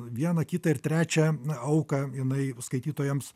vieną kitą ir trečią auką jinai skaitytojams